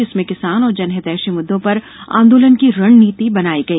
जिसमें किसान और जनहितैषी मुद्दों पर आंदोलन की रणनीति बनाई गई